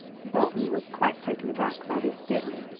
bolton was quite taken aback by this statement,